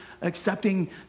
accepting